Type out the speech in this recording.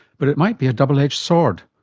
but it might be a double-edged sword,